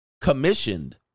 commissioned